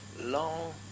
long